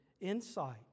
insight